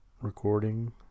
recording